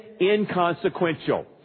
inconsequential